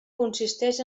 consisteix